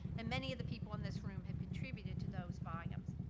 and many of the people in this room have contributed to those volumes.